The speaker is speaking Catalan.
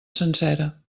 sencera